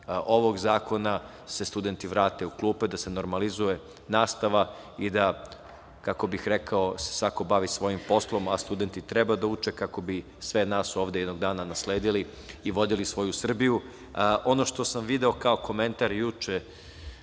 ovog zakona se studenti vrate u klupe, da se normalizuje nastava i da se svako bavi svojim poslom. Studenti treba da uče kako bi sve nas ovde jednog dana nasledili i vodili svoju Srbiju. Ono što sam video kao komentar juče